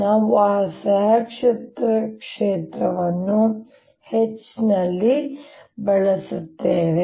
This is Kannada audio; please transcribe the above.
ನಾವು ಆ ಸಹಾಯಕ ಕ್ಷೇತ್ರ H ಅನ್ನು ಬಳಸುತ್ತೇವೆ